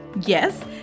Yes